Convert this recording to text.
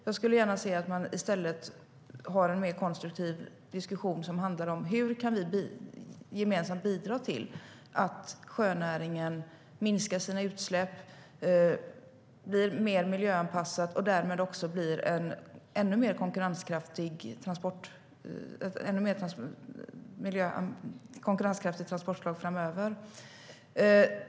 Jag skulle gärna se att man i stället har en mer konstruktiv diskussion som handlar om hur vi gemensamt kan bidra till att sjönäringen minskar sina utsläpp och blir mer miljöanpassad - och därmed blir ett ännu mer konkurrenskraftigt transportslag framöver.